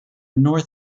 north